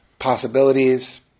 possibilities